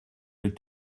les